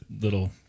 little